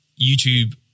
YouTube